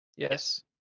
Yes